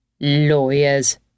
Lawyers